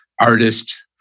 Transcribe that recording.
artist